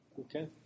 Okay